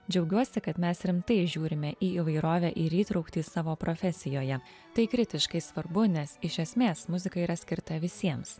džiaugiuosi kad mes rimtai žiūrime į įvairovę ir į įtrauktį savo profesijoje tai kritiškai svarbu nes iš esmės muzika yra skirta visiems